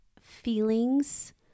feelings